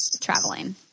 traveling